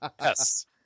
Yes